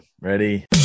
Ready